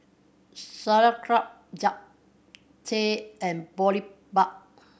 Sauerkraut Japchae and Boribap